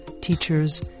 teachers